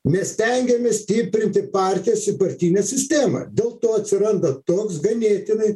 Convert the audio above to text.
mes stengiamės stiprinti partijos ir partinę sistemą dėl to atsiranda toks ganėtinai